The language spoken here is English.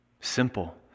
Simple